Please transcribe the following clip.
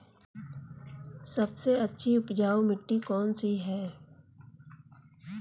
सबसे अच्छी उपजाऊ मिट्टी कौन सी है?